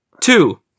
Two